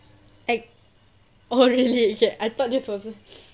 like oh really ah I thought this was a